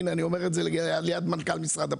אני אומר את זה על יד מנכ"ל משרד הפנים.